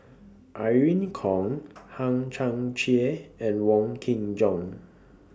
Irene Khong Hang Chang Chieh and Wong Kin Jong